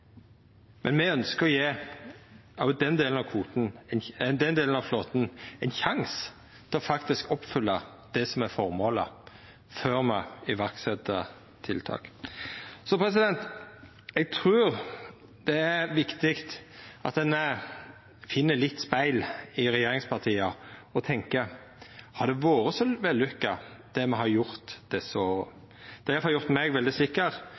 Men me ønskjer å gje også den delen av flåten ein sjanse til faktisk å oppfylla det som er føremålet, før me set i verk tiltak. Eg trur det er viktig at ein finn ein spegel i regjeringspartia og tenkjer: Har det vore så vellukka det me har gjort desse åra? Det har iallfall gjort meg veldig sikker: